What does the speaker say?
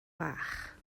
fach